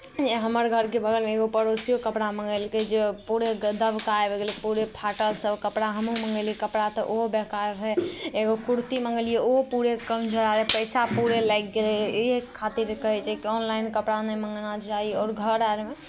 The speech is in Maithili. हमर घरके बगलमे एगो पड़ोसिओ कपड़ा मङ्गैलकै जे पूरे गदबका आबि गेलै पूरे फाटल सभ कपड़ा हमहूँ मङ्गेलियै कपड़ा तऽ ओहो बेकार रहै एगो कुरती मङ्गेलियै ओहो पूरे कमजोर रहै पैसा पूरे लागि गेलै इएह खातिर कहै छै कि ऑनलाइन कपड़ा नहि मङ्गाना चाही आओर घर आरमे